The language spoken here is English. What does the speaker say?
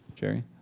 jerry